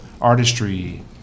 artistry